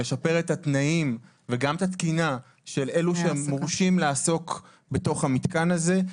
לשפר את התנאים וגם את התקינה של אלו שמורשים לעסוק בתוך המתקן הזה.